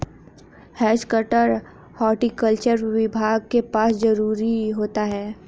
has cutter horticulture विभाग के पास जरूर होता है